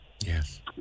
Yes